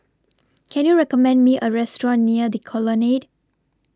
Can YOU recommend Me A Restaurant near The Colonnade